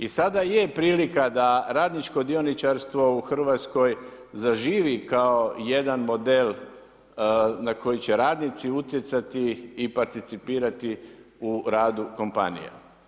I sada je prilika da radničko dioničarstvo u Hrvatskoj zaživi kao jedan model na koji će radnici utjecati i participirati u radu kompanija.